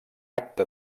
acte